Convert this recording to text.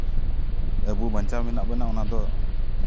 ᱟᱵᱚ ᱵᱟᱧᱪᱟᱣ ᱢᱮᱱᱟᱜ ᱵᱚᱱᱟ ᱚᱱᱟ ᱫᱚ